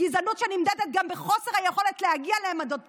גזענות שנמדדת גם בחוסר היכולת להגיע לעמדות בכירות,